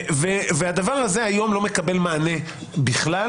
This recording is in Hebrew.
הדבר הזה היום לא מקבל מענה בכלל,